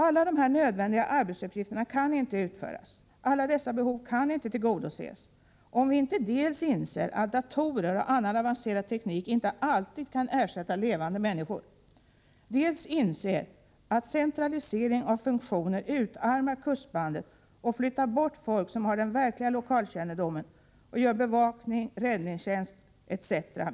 Alla dessa nödvändiga arbetsuppgifter kan inte utföras, och alla dessa behov kan inte tillgodoses om vi inte dels inser att datorer och annan avancerad teknik inte alltid kan ersätta levande människor, dels inser att centralisering av funktioner utarmar kustbandet och flyttar bort folk som har den verkliga lokalkännedomen och gör bevakning, räddningstjänst etc.